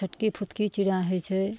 छोटकी फुतकी चिड़िआँ होइ छै